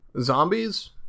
zombies